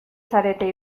zarete